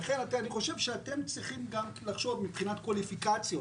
ולכן אני חושב שאתם צריכים גם לחשוב מבחינת קווליפיקציות